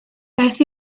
beth